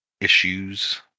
issues